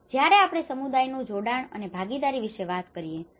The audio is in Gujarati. અને જ્યારે આપણે સમુદાયનુ જોડાણ અને ભાગીદારી વિશે વાત કરીએ છીએ